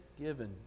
given